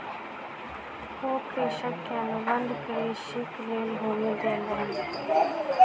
ओ कृषक के अनुबंध कृषिक लेल भूमि देलैन